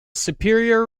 superior